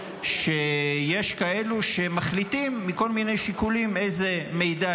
חשש שיש כאלו שמחליטים מכל מיני שיקולים איזה מידע